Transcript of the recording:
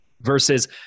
versus